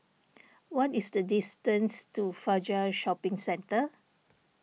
what is the distance to Fajar Shopping Centre